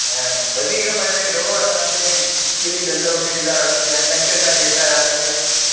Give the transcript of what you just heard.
ऐं वधीक मज़ो ईंंदो हुओ असां हुते गिल्ली डंडो बि खेॾंदा हुआसीं ऐं कंचन सां खेॾंदा हुआसीं